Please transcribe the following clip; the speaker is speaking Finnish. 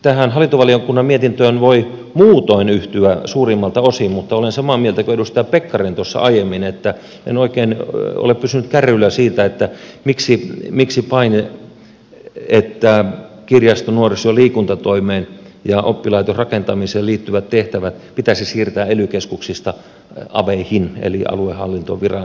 tähän hallintovaliokunnan mietintöön voi muutoin yhtyä suurimmalta osin mutta olen samaa mieltä kuin edustaja pekkarinen tuossa aiemmin että en oikein ole pysynyt kärryillä siitä miksi on paine että kirjasto nuoriso ja liikuntatoimeen ja oppilaitosrakentamiseen liittyvät tehtävät pitäisi siirtää ely keskuksista aveihin eli aluehallintovirastoille